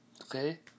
Okay